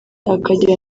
akagira